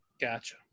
Gotcha